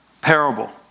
parable